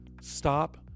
stop